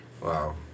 Wow